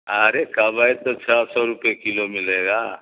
ارے کبئی تو چھ سو روپے کیلو ملے گا